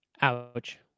Ouch